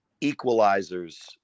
equalizers